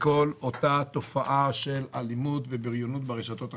לכל אותה תופעה של אלימות ובריונות ברשתות החברתיות.